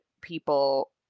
people